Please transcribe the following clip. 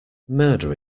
murder